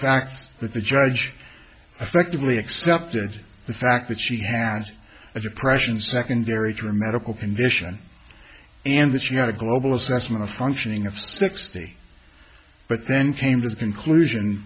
fact that the judge effectively accepted the fact that she had a depression secondary to a medical condition and that she had a global assessment of functioning of sixty but then came to the conclusion